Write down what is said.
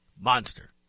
Monster